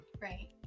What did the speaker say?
Right